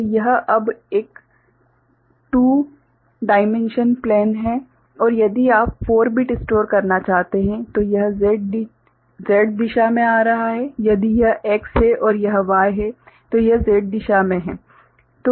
तो यह अब एक 2 डाइमेन्श्नल प्लेन है और यदि आप 4 बिट स्टोर करना चाहते हैं तो यह z दिशा में आ रहा है यदि यह x है और यह y है तो यह z दिशा में है